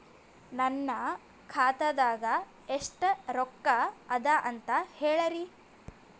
ನನ್ನ ಖಾತಾದಾಗ ಎಷ್ಟ ರೊಕ್ಕ ಅದ ಅಂತ ಹೇಳರಿ?